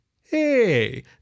Hey